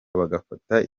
bagafata